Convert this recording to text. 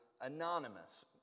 anonymous